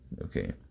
Okay